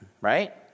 right